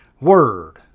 word